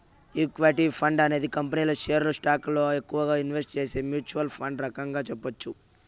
equity fund అనేది కంపెనీల షేర్లు స్టాకులలో ఎక్కువగా ఇన్వెస్ట్ చేసే మ్యూచ్వల్ ఫండ్ రకంగా చెప్పొచ్చు